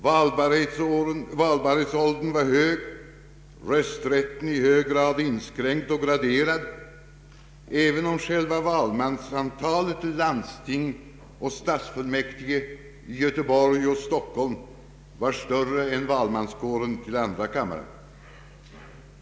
Valbarhetsåldern var hög, rösträtten i hög grad inskränkt och graderad även om själva valmansantalet till landsting och stadsfullmäktige i Göteborg och Stockholm var större än valmanskåren till andra kammaren.